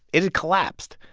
it had collapsed.